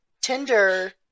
Tinder